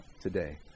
today